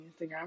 Instagram